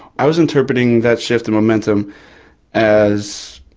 i was interpreting that shift in momentum as,